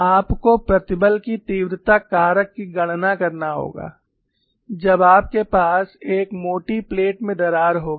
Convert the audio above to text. आपको प्रतिबल की तीव्रता कारक की गणना करना होगा जब आपके पास एक मोटी प्लेट में दरार होगी